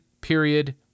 period